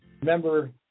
Remember